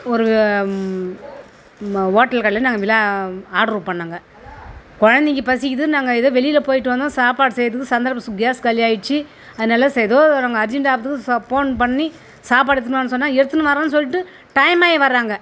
ஒரு மா ஓட்டல் கடையிலேருந்து நாங்கள் மிளா ஆர்டரு பண்ணோங்க குழந்தைக்குப் பசிக்கிறது நாங்கள் இது வெளியில் போயிட்டு வந்தோம் சாப்பாடு செய்கிறதுக்கும் சந்தர்ப்பம் சூ கேஸ் காலியாகிடுச்சி அதனால் சரி ஏதோ நாங்கள் அர்ஜெண்ட் ஆபத்துக்கு சா போன் பண்ணி சாப்பாடு எடுத்துன்னு வான்னு சொன்னால் எடுத்துன்னு வரேன்னு சொல்லிட்டு டைம் ஆகி வராங்க